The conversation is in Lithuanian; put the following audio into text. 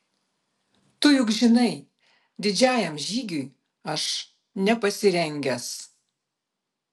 tu juk žinai didžiajam žygiui aš nepasirengęs